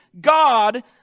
God